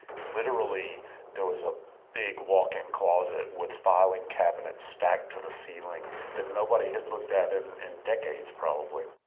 literally there was a big walk-in closet with filing cabinets stacked to the ceiling that nobody had looked at in and decades probably.